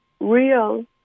real